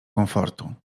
komfortu